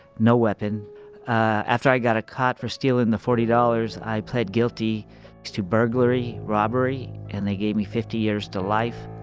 no weapon after i got caught for stealing the forty dollars, i pled guilty to burglary, robbery, and they gave me fifty years to life.